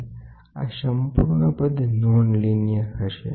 અને આ સંપૂર્ણ પદ નોન લિનિયર હશે